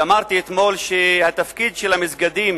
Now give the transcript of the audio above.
אמרתי אתמול שהתפקיד של המסגדים